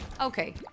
okay